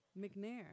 McNair